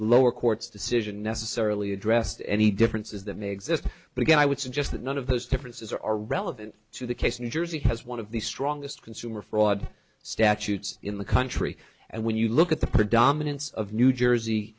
lower court's decision necessarily addressed any differences that may exist but again i would suggest that none of those differences are relevant to the case new jersey has one of the strongest consumer fraud statutes in the country and when you look at the predominance of new jersey